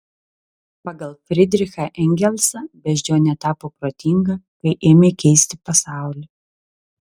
pagal fridrichą engelsą beždžionė tapo protinga kai ėmė keisti pasaulį